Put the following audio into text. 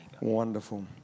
wonderful